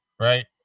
Right